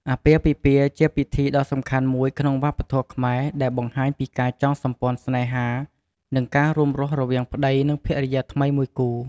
អាពាហ៍ពិពាហ៍ ជាពិធីដ៏សំខាន់មួយក្នុងវប្បធម៌ខ្មែរ ដែលបង្ហាញពីការចងសម្ព័ន្ធស្នេហា និងការរួមរស់រវាងប្ដីភរិយាថ្មីមួយគូ។